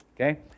Okay